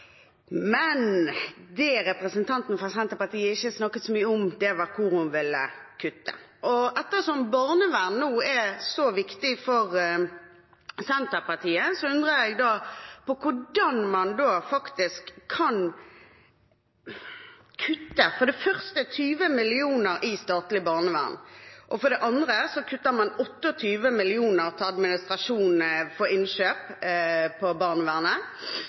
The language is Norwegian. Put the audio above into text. men det representanten fra Senterpartiet ikke snakket så mye om, var hvor hun ville kutte. Ettersom barnevern nå er så viktig for Senterpartiet, undrer jeg på hvordan man da for det første kan kutte 20 mill. kr i statlig barnevern, for det andre kutte 28 mill. kr i administrasjon av innkjøp for barnevernet